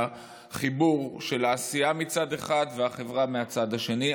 החיבור של העשייה מצד אחד והחברה מהצד השני.